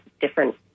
different